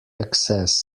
access